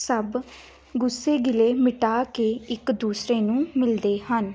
ਸਭ ਗੁੱਸੇ ਗਿਲੇ ਮਿਟਾ ਕੇ ਇੱਕ ਦੂਸਰੇ ਨੂੰ ਮਿਲਦੇ ਹਨ